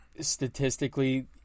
statistically